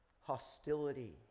hostility